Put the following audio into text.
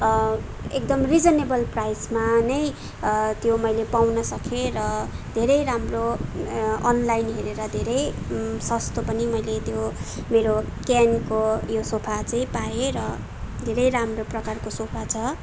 एकदम रिजनेबल प्राइजमा नै त्यो मैले पाउन सकेँ र धेरै राम्रो अनलाइन हेरेर धेरै सस्तो पनि मैले त्यो मेरा केनको यो सोफा चाहिँ पाएँ र धेरै राम्रो प्रकारको सोफा छ